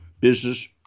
business